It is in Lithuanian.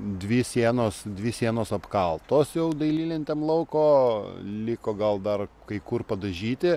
dvi sienos dvi sienos apkaltos jau dailylentėm lauko liko gal dar kai kur padažyti